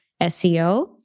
SEO